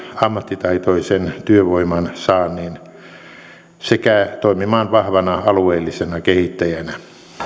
ammattitaitoisen työvoiman saannin sekä toimimaan vahvana alueellisena kehittäjänä arvoisat